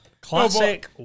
Classic